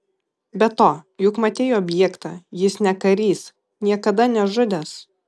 be to juk matei objektą jis ne karys niekada nežudęs